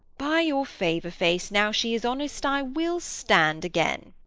by your favour, face, now she is honest, i will stand again.